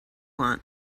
want